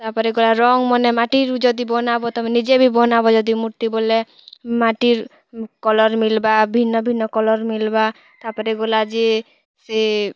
ତାପରେ ଗଲା ରଙ୍ଗ୍ ମନେ ମାଟିରୁ ଯଦି ବାନାବ ତମେ ନିଜେ ବି ବନାବ ଯଦି ମୁର୍ତ୍ତି ବୋଲେ ମାଟିର୍ କଲର୍ ମିଲ୍ବା ଭିନ୍ନ ଭିନ୍ନ କଲର୍ ମିଲ୍ବା ତାପରେ ଗଲା ଯେ ସେ